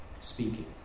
speaking